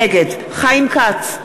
נגד חיים כץ,